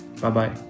Bye-bye